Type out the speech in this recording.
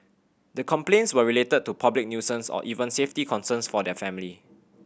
the complaints were related to public nuisance or even safety concerns for their family